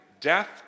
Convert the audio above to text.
death